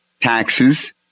taxes